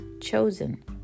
chosen